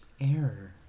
Error